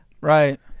Right